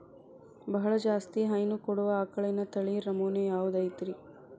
ಬಹಳ ಜಾಸ್ತಿ ಹೈನು ಕೊಡುವ ಆಕಳಿನ ತಳಿ ನಮೂನೆ ಯಾವ್ದ ಐತ್ರಿ?